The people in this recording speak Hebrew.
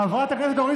חברת הכנסת בן ארי,